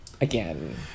again